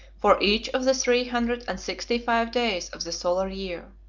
for each of the three hundred and sixty-five days of the solar year.